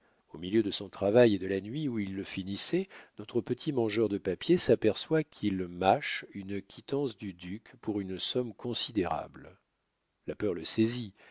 au milieu de son travail et de la nuit où il le finissait notre petit mangeur de papier s'aperçoit qu'il mâche une quittance du duc pour une somme considérable la peur le saisit